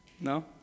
No